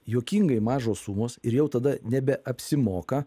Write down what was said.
juokingai mažos sumos ir jau tada nebeapsimoka